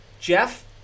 Jeff